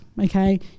okay